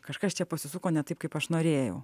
kažkas čia pasisuko ne taip kaip aš norėjau